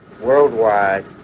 worldwide